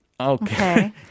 Okay